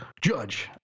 Judge